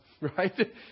Right